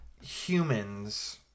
humans